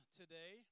today